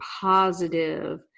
positive